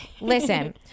listen